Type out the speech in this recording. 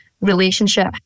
relationship